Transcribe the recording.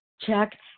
Check